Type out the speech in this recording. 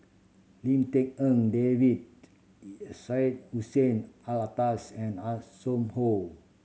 Lim Tik En David Syed Hussein Alatas and Hanson Ho